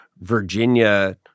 Virginia